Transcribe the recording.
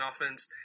offense